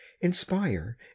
inspire